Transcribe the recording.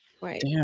Right